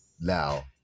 now